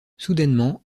soudainement